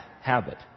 habit